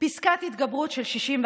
פסקת התגברות של 61,